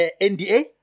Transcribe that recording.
NDA